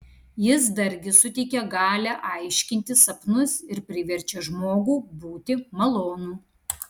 jis dargi suteikia galią aiškinti sapnus ir priverčia žmogų būti malonų